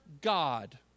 God